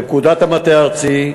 בפקודת מטה ארצי,